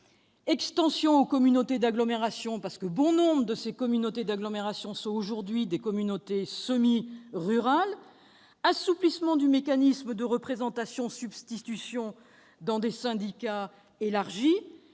extension aux communautés d'agglomération, parce que bon nombre d'entre elles sont aujourd'hui des communautés semi-rurales ; assouplissement du mécanisme de représentation-substitution dans des syndicats élargis